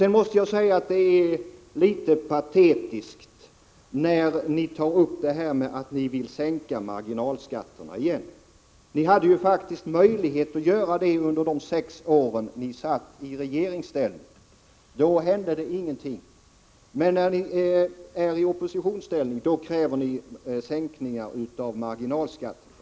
Så måste jag säga att det är litet patetiskt när ni tar upp frågan om att sänka marginalskatterna igen. Ni hade faktiskt möjlighet att göra det under de sex år ni satt i regeringsställning. Då hände det ingenting, men när ni är i opposition kräver ni sänkningar av marginalskatterna.